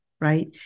right